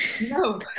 No